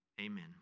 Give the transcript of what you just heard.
Amen